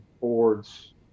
boards